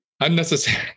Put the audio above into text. Unnecessary